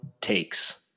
Takes